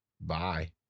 bye